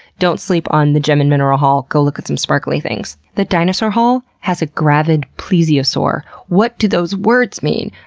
don't sleep on the gem and mineral hall. go look at some sparkly things. the dinosaur hall has a gravid plesiosaur. what do those words mean?